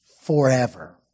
forever